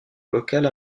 locale